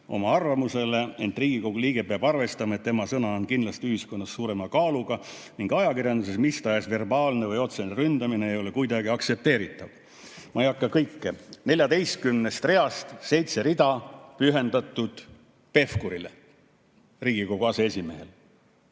oma arvamusele, ent riigikogu liige peab arvestama, et tema sõna on kindlasti ühiskonnas suurema kaaluga ning ajakirjanduse mistahes verbaalne või otsene ründamine ei ole kuidagi aktsepteeritav." 14 reast seitse rida on pühendatud Pevkurile, Riigikogu aseesimehele.